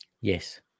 Yes